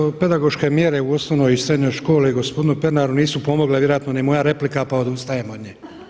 Pošto pedagoške mjere u osnovnoj i srednjoj školi gospodinu Pernaru nisu pomogle vjerojatno ni moja replika pa odustajem od nje.